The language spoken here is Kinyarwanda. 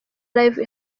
live